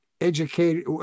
educated